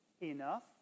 Enough